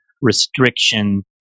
restriction